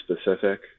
specific